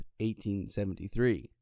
1873